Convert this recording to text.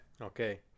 Okay